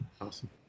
Awesome